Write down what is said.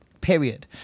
period